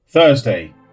Thursday